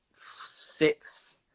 six